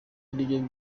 aribyo